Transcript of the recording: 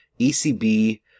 ecb